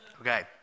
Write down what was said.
Okay